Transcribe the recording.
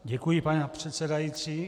Děkuji, paní předsedající.